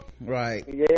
Right